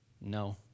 no